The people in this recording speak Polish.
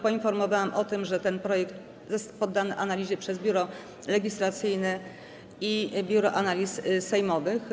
Poinformowałam o tym, że ten projekt jest poddany analizie przez Biuro Legislacyjne i Biuro Analiz Sejmowych.